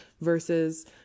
versus